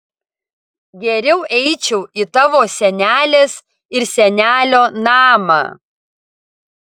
geriau eičiau į tavo senelės ir senelio namą